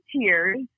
tears